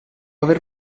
aver